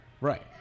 Right